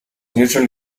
neutral